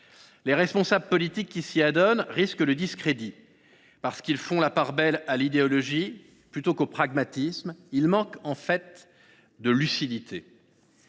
les responsables politiques qui s’y adonnent risquent le discrédit ; parce qu’ils font la part belle à l’idéologie plutôt qu’au pragmatisme, ils manquent en fait de lucidité.